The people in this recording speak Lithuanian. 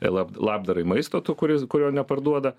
lab labdarai maisto to kuris kurio neparduoda